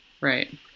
Right